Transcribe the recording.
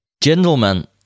Gentlemen